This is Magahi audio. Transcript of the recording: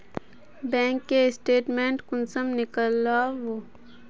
बैंक के स्टेटमेंट कुंसम नीकलावो?